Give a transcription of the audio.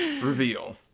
Reveal